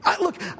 Look